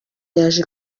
yaje